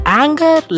anger